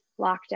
lockdown